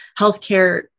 healthcare